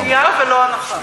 זאת ידיעה ולא הנחה.